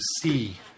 see